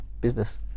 business